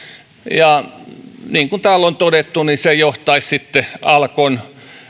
ja niin kuin täällä on todettu se johtaisi alkon